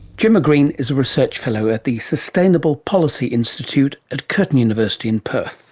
jemma green is a research fellow at the sustainable policy institute at curtin university in perth